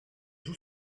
joue